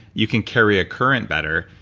you can carry a current better.